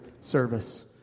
service